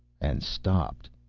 and stopped.